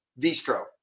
Vistro